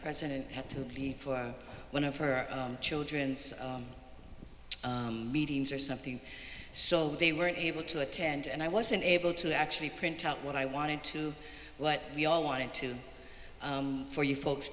president had to leave for one of her children's meetings or something so they were able to attend and i wasn't able to actually print out what i wanted to what we all wanted to for you folks